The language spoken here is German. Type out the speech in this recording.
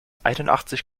einundachtzig